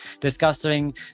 discussing